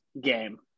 game